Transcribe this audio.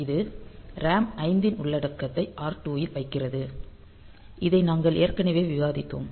இது RAM 5 இன் உள்ளடக்கத்தை R2 இல் வைக்கிறது இதை நாங்கள் ஏற்கனவே விவாதித்தோம்